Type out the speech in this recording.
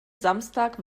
samstag